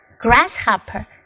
grasshopper